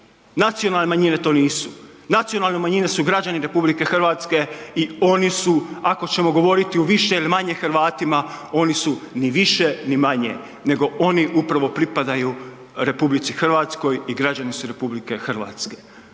Nacionalne manjine to nisu, nacionalne manjine su građani RH i oni su ako ćemo govoriti u više ili manje Hrvatima, oni su ni više ni manje nego oni upravo pripadaju RH i građani su RH.